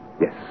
Yes